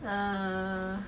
err